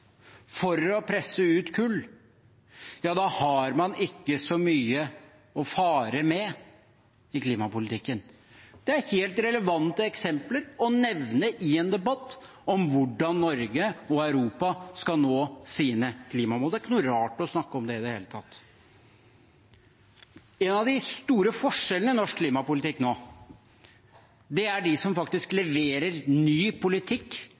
for å presse ut kull, da har man ikke så mye å fare med i klimapolitikken. Dette er helt relevante eksempler å nevne i en debatt om hvordan Norge og Europa skal nå sine klimamål. Det er ikke noe rart å snakke om det i det hele tatt. En av de store forskjellene i norsk klimapolitikk nå er mellom dem som faktisk leverer ny politikk